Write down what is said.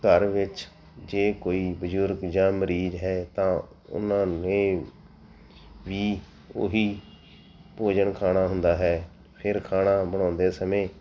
ਘਰ ਵਿੱਚ ਜੇ ਕੋਈ ਬਜ਼ੁਰਗ ਜਾਂ ਮਰੀਜ਼ ਹੈ ਤਾਂ ਉਹਨਾਂ ਨੇ ਵੀ ਉਹੀ ਭੋਜਨ ਖਾਣਾ ਹੁੰਦਾ ਹੈ ਫਿਰ ਖਾਣਾ ਬਣਾਉਂਦੇ ਸਮੇਂ